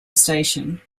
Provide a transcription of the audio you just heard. station